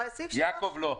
יעקב, לא.